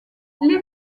les